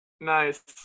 Nice